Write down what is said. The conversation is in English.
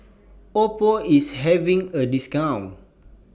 Oppo IS having A discount